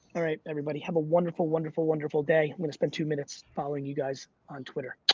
all right, everybody have a wonderful, wonderful, wonderful day. i'm gonna spend two minutes following you guys on twitter.